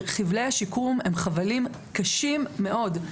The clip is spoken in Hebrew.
וחבלי השיקום הם חבלים קשים מאוד.